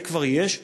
זה כבר יש,